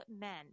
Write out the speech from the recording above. men